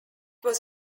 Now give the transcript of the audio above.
was